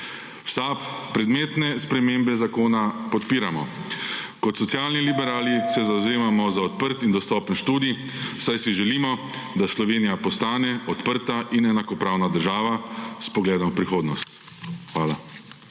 V SAB predmetne spremembe zakona podpiramo. Kot socialni / znak za konec razprave/ liberali se zavzemamo za odprt in dostopen študij, saj si želimo, da Slovenija postane odprta in enakopravna država s pogledom v prihodnost. Hvala.